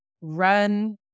run